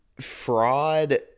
fraud